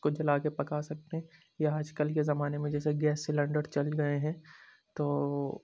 اس کو جلا کے پکا سکتے ہیں یا آج کل کے زمانے میں جیسے گیس سلینڈر چل گئے ہیں تو